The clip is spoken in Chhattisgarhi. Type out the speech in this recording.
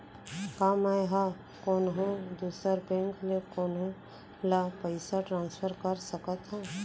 का मै हा कोनहो दुसर बैंक ले कोनहो ला पईसा ट्रांसफर कर सकत हव?